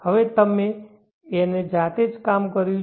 હવે અમે તેને જાતે જ કામ કર્યું છે